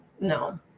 No